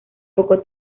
poco